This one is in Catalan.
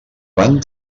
van